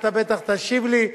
אתה בטח תשיב לי,